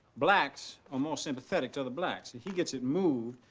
blacks are more sympathetic to other blacks. if he gets it moved,